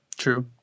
True